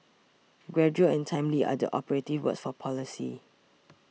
gradual and timely are the operative words for policy